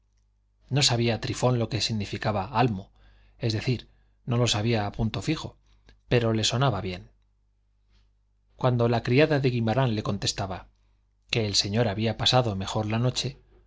no sabía trifón lo que significaba almo es decir no lo sabía a punto fijo pero le sonaba bien cuando la criada de guimarán le contestaba que el señor había pasado mejor la noche